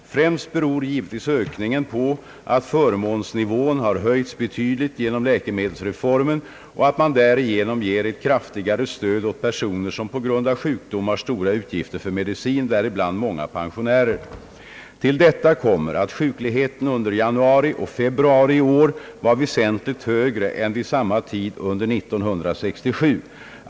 Främst beror givetvis ökningen på att förmånsnivån har höjts betydligt genom läkemedelsreformen och att man därigenom ger ett kraftigare stöd åt personer som på grund av sjukdom har stora utgifter för medicin, däribland många pensionärer. Till detta kommer att sjukligheten under januari och februari i år var väsentligt högre än vid samma tid under 1967.